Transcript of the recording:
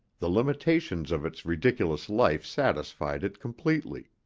the limitations of its ridiculous life satisfied it completely.